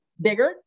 bigger